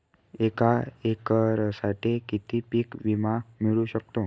एका एकरसाठी किती पीक विमा मिळू शकतो?